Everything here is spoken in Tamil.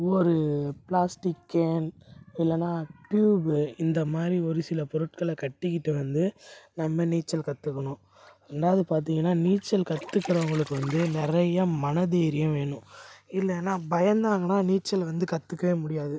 ஒரு பிளாஸ்டிக் கேன் இல்லைன்னா ட்யூப்பு இந்த மாதிரி ஒரு சில பொருட்களை கட்டிக்கிட்டு வந்து நம்ம நீச்சல் கற்றுக்குணும் ரெண்டாவது பார்த்தீங்கனா நீச்சல் கற்றுக்கறவங்களுக்கு வந்து நிறைய மனதைரியம் வேணும் இல்லைன்னா பயந்தவங்கனால் நீச்சல் வந்து கற்றுக்கவே முடியாது